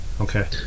Okay